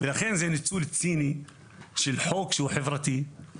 לכן זה ניצול ציני של חוק שהוא חברתי,